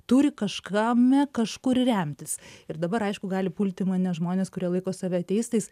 turi kažkame kažkur remtis ir dabar aišku gali pulti mane žmonės kurie laiko save ateistais